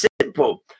simple